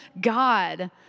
God